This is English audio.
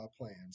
plans